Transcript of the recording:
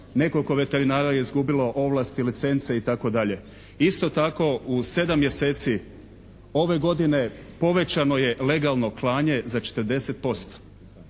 nekoliko veterinara je izgubilo ovlasti, licence itd. Isto tako u 7 mjeseci ove godine povećano je legalno klanje za 40%.